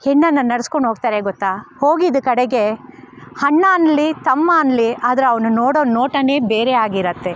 ಹೆಣ್ಣನ್ನು ನಡೆಸ್ಕೊಂಡೋಗ್ತಾರೆ ಗೊತ್ತ ಹೋಗಿದ್ದ ಕಡೆಗೆ ಅಣ್ಣ ಅನ್ನಲಿ ತಮ್ಮ ಅನ್ನಲಿ ಆದರೆ ಅವನು ನೋಡೋ ನೋಟವೇ ಬೇರೆ ಆಗಿರುತ್ತೆ